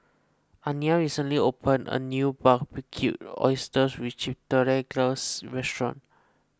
Aniya recently opened a new Barbecued Oysters with Chipotle Glaze Restaurant